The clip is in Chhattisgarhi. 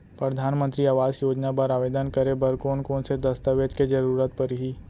परधानमंतरी आवास योजना बर आवेदन करे बर कोन कोन से दस्तावेज के जरूरत परही?